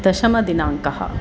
दशमदिनाङ्कः